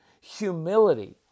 humility